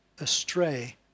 astray